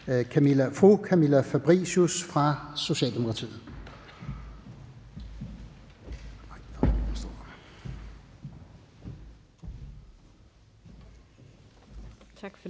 fru Camilla Fabricius fra Socialdemokratiet.